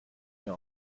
mir